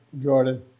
jordan